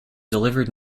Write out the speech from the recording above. delivered